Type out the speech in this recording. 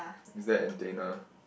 is that a antenna